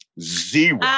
Zero